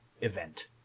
event